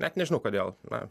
net nežinau kodėl na